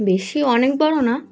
বেশি অনেক বড়ো না